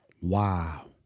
Wow